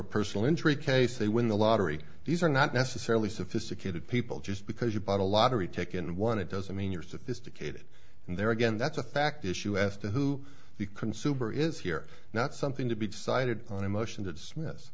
a personal injury case they win the lottery these are not necessarily sophisticated people just because you bought a lottery ticket and won it doesn't mean you're sophisticated and there again that's a fact issue as to who the consumer is here not something to be decided on a motion to dismiss